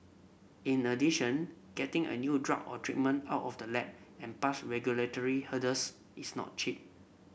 in addition getting a new drug or treatment out of the lab and past regulatory hurdles is not cheap